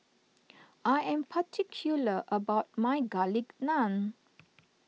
I am particular about my Garlic Naan